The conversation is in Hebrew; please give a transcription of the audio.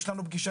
יש לנו פגישה,